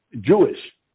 Jewish